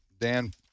Dan